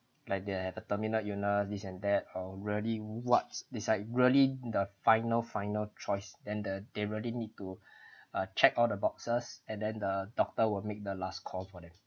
like they have a terminal illness this and that or really what's beside really the final final choice than the they really need to uh check all the boxes and then the doctor will make the last call for them